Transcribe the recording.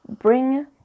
bring